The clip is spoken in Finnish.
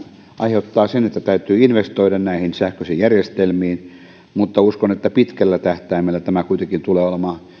aiheuttaa sen että täytyy investoida näihin sähköisiin järjestelmiin mutta uskon että pitkällä tähtäimellä tämä kuitenkin tulee olemaan esimerkiksi